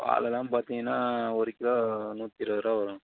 வாளெல்லாம் பார்த்தீங்கன்னா ஒரு கிலோ நூற்றி இருபது ரூபா வரும்